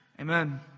Amen